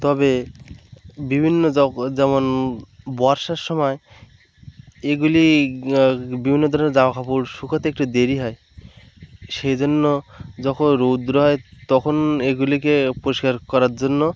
তবে বিভিন্ন যেমন বর্ষার সময় এগুলি বিভিন্ন ধরনের জামা কাপড় শুকোতে একটু দেরি হয় সেজন্য যখন রৌদ্র হয় তখন এগুলিকে পরিষ্কার করার জন্য